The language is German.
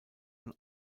von